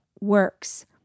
works